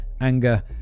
anger